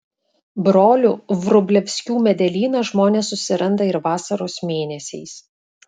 brolių vrublevskių medelyną žmonės susiranda ir vasaros mėnesiais